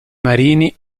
marini